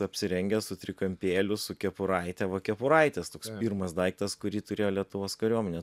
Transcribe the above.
apsirengęs su trikampėliu su kepuraite va kepuraitės toks pirmas daiktas kurį turėjo lietuvos kariuomenė